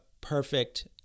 perfect